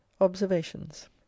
observations